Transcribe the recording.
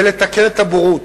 ולתקן את הבורות.